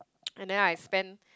and then I spend